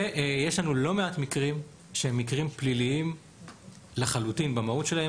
ויש לנו לא מעט מקרים שהם מקרים פליליים לחלוטין במהות שלהם,